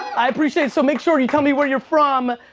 i appreciate so, make sure you me where you're from.